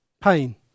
pain